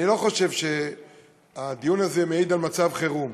אני לא חושב שהדיון הזה מעיד על מצב חירום.